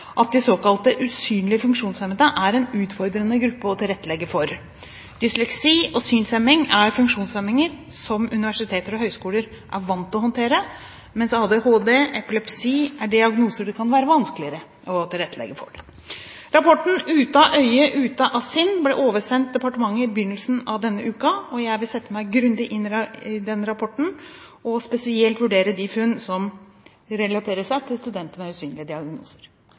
at de såkalte usynlige funksjonshemmede er en utfordrende gruppe å tilrettelegge for. Dysleksi og synshemming er funksjonshemminger som universiteter og høyskoler er vante med å håndtere, mens ADHD og epilepsi er diagnoser det kan være vanskeligere å tilrettelegge for. Rapporten «Ute av øye – ute av sinn?» ble oversendt departementet i begynnelsen av denne uken. Jeg vil sette meg grundig inn i den rapporten, og vil spesielt vurdere de funn som relaterer seg til studenter med usynlige diagnoser.